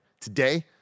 Today